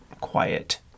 quiet